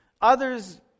Others